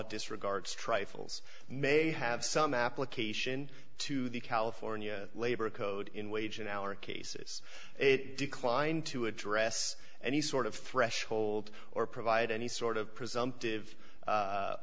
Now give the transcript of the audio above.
disregards trifles may have some application to the california labor code in wage and hour cases it declined to address any sort of threshold or provide any sort of presumptive